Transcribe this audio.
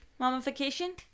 Mummification